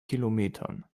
kilometern